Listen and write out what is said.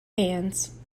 hands